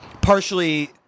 partially